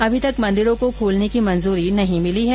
अभी तक मंदिरों को खोलने की मंजूरी नहीं मिली है